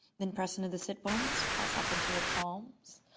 then press into the sit bones. press up into your palms.